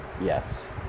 Yes